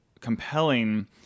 compelling